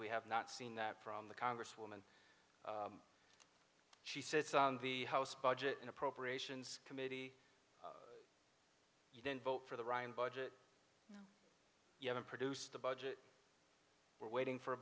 we have not seen that from the congresswoman she sits on the house budget in appropriations committee you didn't vote for the ryan budget you haven't produced the budget we're waiting for a